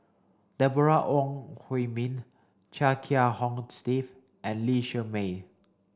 Deborah Ong Hui Min Chia Kiah Hong Steve and Lee Shermay